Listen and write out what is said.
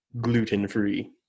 gluten-free